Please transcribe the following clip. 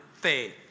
faith